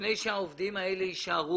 לפני שהעובדים האלה יישארו